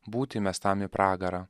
būti įmestam į pragarą